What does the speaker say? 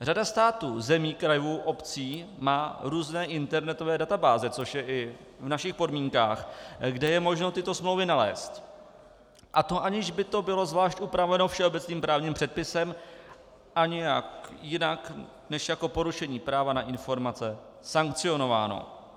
Řada států, zemí, krajů, obcí, má různé internetové databáze, což je i v našich podmínkách, kde je možné tyto smlouvy nalézt, a to aniž by to bylo zvlášť upraveno všeobecným právním předpisem a nějak jinak než jako porušení práva na informace sankcionováno.